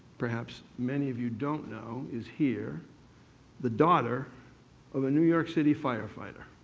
perhaps many of you don't know, is here the daughter of a new york city firefighter.